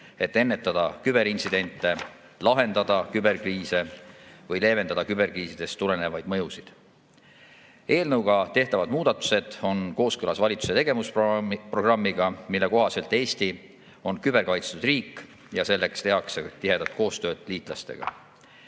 et ennetada küberintsidente, lahendada küberkriise või leevendada küberkriisidest tulenevaid mõjusid. Eelnõuga tehtavad muudatused on kooskõlas valitsuse tegevusprogrammiga, mille kohaselt Eesti on küberkaitstud riik ja selleks tehakse tihedat koostööd liitlastega.